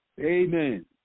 Amen